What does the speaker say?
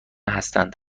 هستند